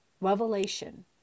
revelation